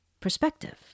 perspective